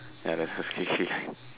okay let's just skip this line